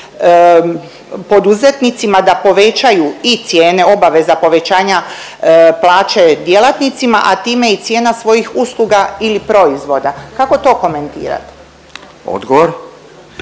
poduzetnicima da povećaju i cijene obaveza povećanja plaće djelatnicima, a time i cijena svojih usluga ili proizvoda, kako to komentirate? **Radin,